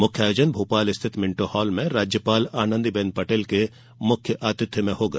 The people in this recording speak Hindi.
मुख्य आयोजन भोपाल स्थित मिंटो हॉल में राज्यपाल आनंदीबेन पटेल के मुख्य आतिथ्य में होगा